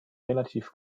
relativ